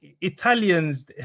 Italians